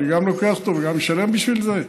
אני גם לוקח אותו וגם משלם בשביל זה?